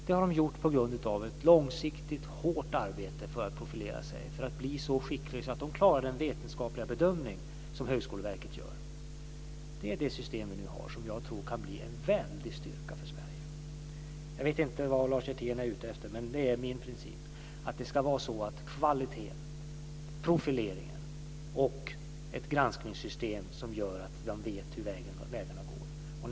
Det har de gjort på grund av ett långsiktigt hårt arbete för att profilera sig, för att bli så skickliga att de klarar den vetenskapliga bedömning som Högskoleverket gör. Det är det system vi nu har som jag tror kan bli en väldig styrka för Sverige. Jag vet inte vad Lars Hjertén är ute efter, men det är min princip att det ska vara kvaliteten, profileringen och ett granskningssystem som gör att de vet hur vägarna går.